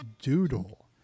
doodle